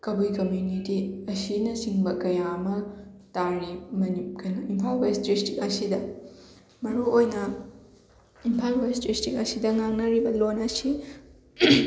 ꯀꯕꯨꯏ community ꯑꯁꯤꯅꯆꯤꯡꯕ ꯀꯌꯥ ꯑꯃ ꯇꯥꯔꯤ ꯃꯅꯤ ꯀꯩꯅꯣ ꯏꯝꯐꯥꯜ ꯋꯦꯁ ꯗꯤꯁꯇ꯭ꯔꯤꯛ ꯑꯁꯤꯗ ꯃꯔꯨꯑꯣꯏꯅ ꯏꯝꯐꯥꯜ ꯋꯦꯁ ꯗꯤꯁꯇ꯭ꯔꯤꯛ ꯑꯁꯤꯗ ꯉꯥꯡꯅꯔꯤꯕ ꯂꯣꯟ ꯑꯁꯤ